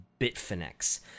Bitfinex